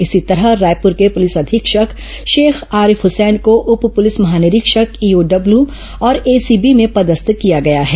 इसी तरह रायपुर के पुलिस अधीक्षक शेख आरिफ हुसैन को उप पुलिस महानिरीक्षक ईओडब्ल्यू और एसीबी में पदस्थ किया गया है